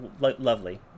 lovely